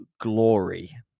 glory